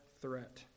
threat